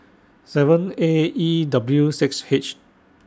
seven A E W six H